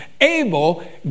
Abel